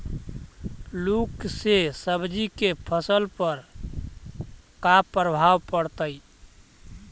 लुक से सब्जी के फसल पर का परभाव पड़तै?